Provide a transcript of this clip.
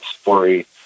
story